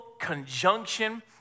conjunction